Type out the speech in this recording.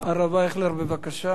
הרב אייכלר, בבקשה.